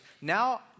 now